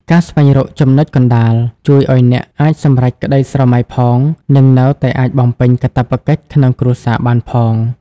ការស្វែងរក "ចំណុចកណ្តាល" ជួយឱ្យអ្នកអាចសម្រេចក្តីស្រមៃផង និងនៅតែអាចបំពេញកាតព្វកិច្ចក្នុងគ្រួសារបានផង។